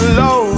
low